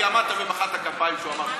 כי עמדת ומחאת כפיים כשהוא אומר,